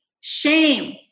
shame